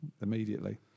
immediately